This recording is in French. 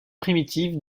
primitives